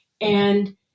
And-